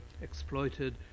exploited